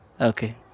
Okay